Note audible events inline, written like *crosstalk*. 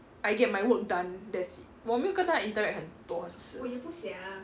I get my work done that's it 我没有跟她 interact 很多次 *laughs*